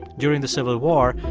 during the civil war,